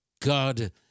God